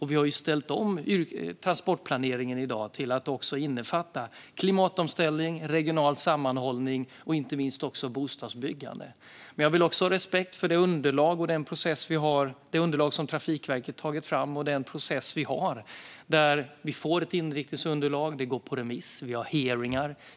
Vi har ställt om transportplaneringen till att i dag innefatta också klimatomställning, regional sammanhållning och inte minst bostadsbyggande. Men jag vill också ha respekt för det underlag som Trafikverket tagit fram och den process vi har. Vi får ett inriktningsunderlag som går på remiss, och vi har hearingar.